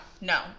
no